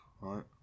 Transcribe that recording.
Right